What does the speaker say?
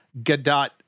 Gadot